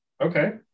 Okay